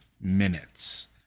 minutes